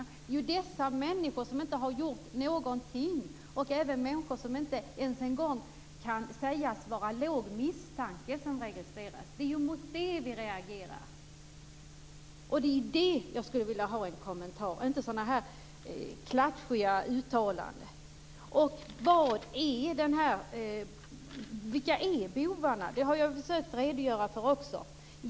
Det är ju dessa människor som inte har gjort någonting och även människor där det inte ens finns en låg misstanke som registreras. Det är mot detta vi reagerar, och jag skulle vilja ha en kommentar till det och inte dessa klatschiga uttalanden. Vilka är då bovarna? Det har jag också försökt att redogöra för.